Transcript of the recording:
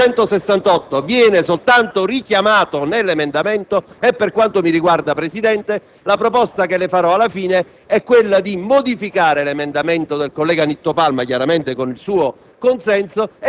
penale viene soltanto richiamato nell'emendamento in esame e per quanto mi riguarda, signor Presidente, la proposta che le farò alla fine è quella di modificare l'emendamento del collega Nitto Palma (chiaramente con il suo